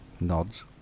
nods